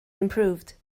improved